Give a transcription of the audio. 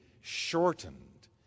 shortened